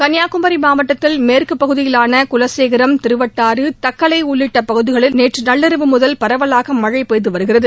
கன்னியாகுமி மாவட்டத்தில் மேற்கு பகுதியிலான குலசேகரம் திருவட்டாறு திற்பரப்பு தக்கலை உள்ளிட்ட பகுதிகளில் நேற்று நள்ளிரவு முதல் பரவலாக மழை பெய்துவருகிறது